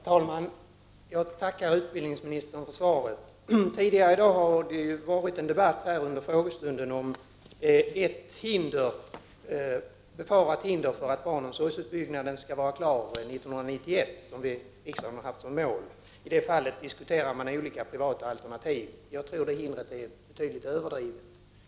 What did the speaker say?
Herr talman! Jag tackar utbildningsministern för svaret. Det har tidigare under frågestunden i dag varit debatt om det befarade hindret för att barn omsorgsutbyggnaden skall vara klar 1991. vilket vi i riksdagen har som mål. I det fallet diskuterade man olika privata alternativ. Jag tror att det hindret är betydligt överdrivet.